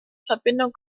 verbindung